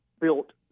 built